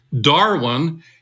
Darwin